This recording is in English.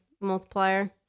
multiplier